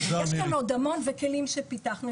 יש כאן עוד המון וכלים שפיתחנו.